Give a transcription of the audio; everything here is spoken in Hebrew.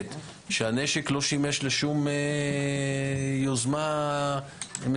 מובהקת שהנשק לא שימש לשום יוזמה מסוכנת,